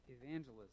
evangelism